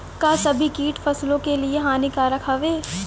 का सभी कीट फसलों के लिए हानिकारक हवें?